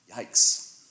yikes